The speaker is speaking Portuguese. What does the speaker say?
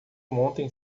monta